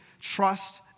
trust